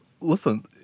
Listen